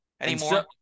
anymore